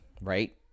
right